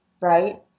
right